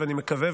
ואני מקווה,